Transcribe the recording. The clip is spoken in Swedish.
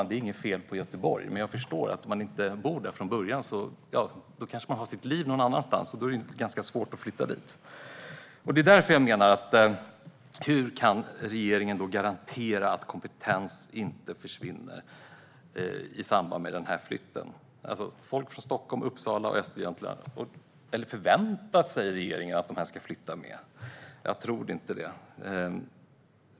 Det är inget fel på Göteborg, herr talman, men om man inte bor där från början utan har sitt liv någon annanstans är det ganska svårt att flytta dit. Hur kan regeringen garantera att kompetens inte försvinner i samband med denna flytt? Förväntar sig regeringen att folk från Stockholm, Uppsala och Östergötland ska flytta med? Jag tror inte det.